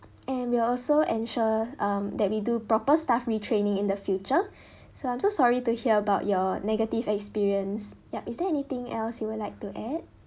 and we'll also ensure um that we do proper staff retraining in the future so I'm so sorry to hear about your negative experience yup is there anything else you would like to add